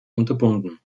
unterbunden